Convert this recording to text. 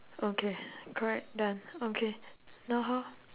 okay correct done okay now how